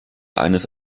eines